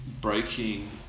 breaking